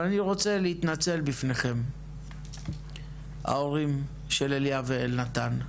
אבל אני רוצה להתנצל בפניכם ההורים של אליה ואלנתן,